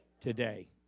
today